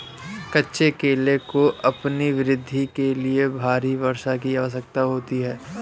कच्चे केले को अपनी वृद्धि के लिए भारी वर्षा की आवश्यकता होती है